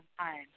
time